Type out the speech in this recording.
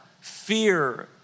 Fear